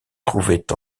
trouvaient